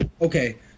okay